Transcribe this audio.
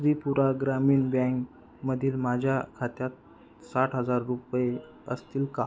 त्रिपुरा ग्रामीण बँकमधील माझ्या खात्यात साठ हजार रुपये असतील का